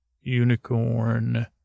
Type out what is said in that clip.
unicorn